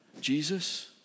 Jesus